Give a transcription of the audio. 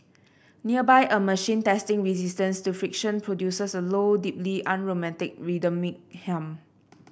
nearby a machine testing resistance to friction produces a low deeply unromantic rhythmic hum